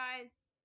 guys